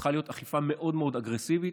צריכה להיות אכיפה מאוד מאוד אגרסיבית.